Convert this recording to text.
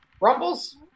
Rumble's